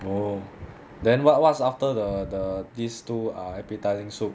oh then what what's after the the these two err appetising soup